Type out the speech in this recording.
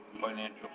financial